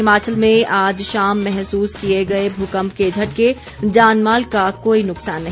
हिमाचल में आज शाम महसूस किए गए भूकम्प के झटके जानमाल का कोई नुकसान नहीं